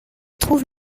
trouve